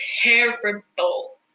terrible